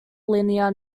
liner